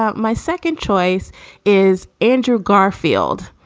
um my second choice is andrew garfield.